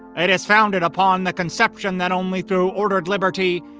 it is founded upon the conception that only through ordered liberty,